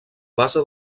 base